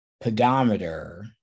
pedometer